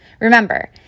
Remember